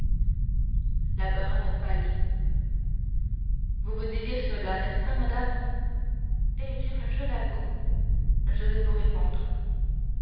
la baronne pâlit vous vous disiez cela n'est-ce pas madame eh bien je l'avoue je vais vous répondre